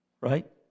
right